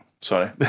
sorry